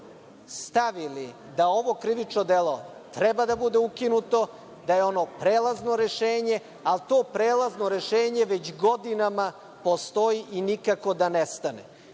stavili da ovo krivično delo treba da bude ukinuto, da je ono prelazno rešenje, ali to prelazno rešenje već godinama postoji i nikako da nestane.